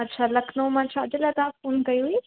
अछा लखनऊ मां छा जे लाइ तव्हां फ़ोन कई हुई